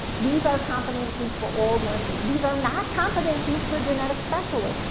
these are competencies for all nurses. these are not competencies for genetic specialists.